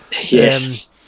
Yes